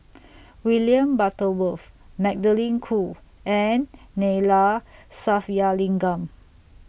William Butterworth Magdalene Khoo and Neila Sathyalingam